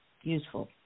useful